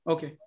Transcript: Okay